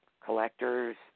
collectors